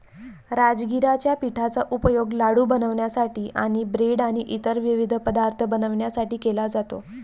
राजगिराच्या पिठाचा उपयोग लाडू बनवण्यासाठी आणि ब्रेड आणि इतर विविध पदार्थ बनवण्यासाठी केला जातो